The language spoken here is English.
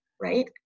right